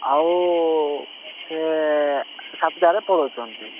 ଆଉ ସିଏ ସାତଟାରେ ପଳଉଛନ୍ତି